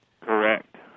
Correct